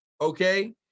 okay